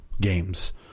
games